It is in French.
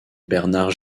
bernard